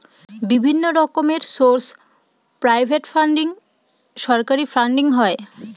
বিভিন্ন রকমের source private funding, সরকারি ফান্ডিং হয়